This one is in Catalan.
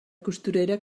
costurera